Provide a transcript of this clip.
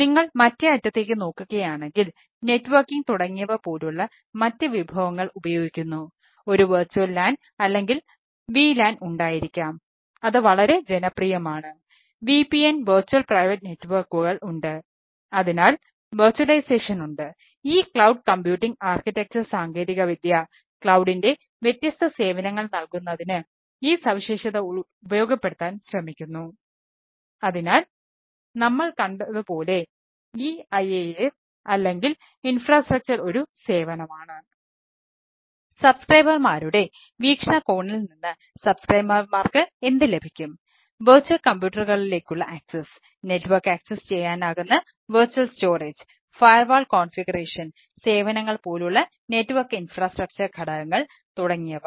നിങ്ങൾ മറ്റേ അറ്റത്തേക്ക് നോക്കുകയാണെങ്കിൽ നെറ്റ്വർക്കിംഗ് ഘടകങ്ങൾ തുടങ്ങിയവ